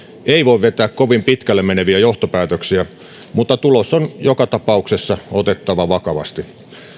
ei voi vetää kovin pitkälle meneviä johtopäätöksiä mutta tulos on joka tapauksessa otettava vakavasti